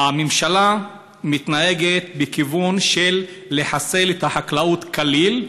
הממשלה מתנהגת בכיוון של לחסל את החקלאות כליל.